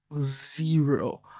zero